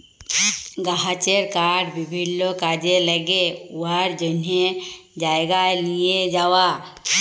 গাহাচের কাঠ বিভিল্ল্য কাজে ল্যাগে উয়ার জ্যনহে জায়গায় লিঁয়ে যাউয়া